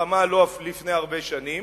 מלחמה לא לפני הרבה שנים.